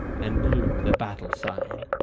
and blew the battle sign.